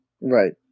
Right